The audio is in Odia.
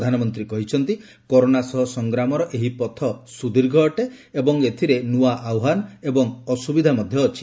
ପ୍ରଧାନମନ୍ତୀ କହିଛନ୍ତି କରୋନା ସହ ସଂଗ୍ରାମର ଏହି ପଥ ସୁଦୀର୍ଘ ଅଟେ ଏବଂ ଏଥିରେ ନୂଆ ଆହ୍ୱାନ ଏବଂ ଅସୁବିଧା ମଧ୍ଧ ଅଛି